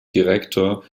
direktor